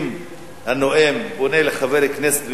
אם הנואם פונה לחבר כנסת,